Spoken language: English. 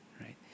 right